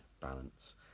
balance